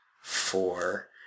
four